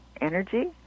energy